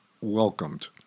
welcomed